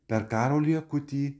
per karolį akutį